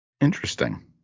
interesting